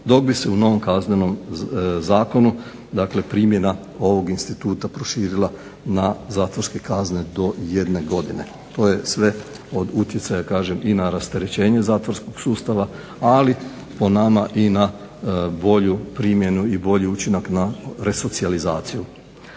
dok bi se u novom Kaznenom zakonu, dakle primjena ovog instituta proširila na zatvorske kazne do jedne godine. To je sve od utjecaja kažem i na rasterećenje zatvorskog sustava, ali po nama i bolju primjenu i bolji učinak na resocijalizaciju.